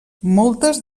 moltes